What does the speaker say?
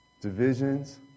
divisions